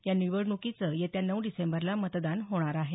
या निवडणुकीचं येत्या नऊ डिसेंबरला मतदान होणार आहे